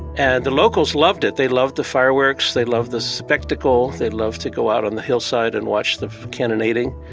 and the locals loved it. they loved the fireworks. they loved the spectacle. they loved to go out on the hillside and watch the cannonading,